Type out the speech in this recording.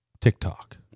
TikTok